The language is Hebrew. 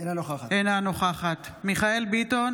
אינה נוכחת מיכאל מרדכי ביטון,